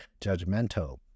judgmental